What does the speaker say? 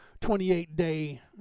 28-day